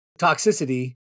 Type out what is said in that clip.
toxicity